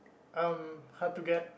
um hard to get